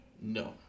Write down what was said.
No